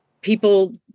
people